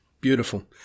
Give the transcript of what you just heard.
Beautiful